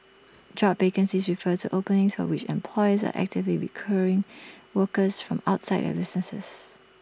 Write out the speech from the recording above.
job vacancies refer to openings for which employers are actively workers from outside their businesses